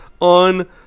on